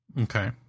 okay